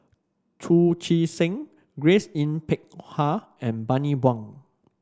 Chu Chee Seng Grace Yin Peck Ha and Bani Buang